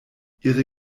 ihre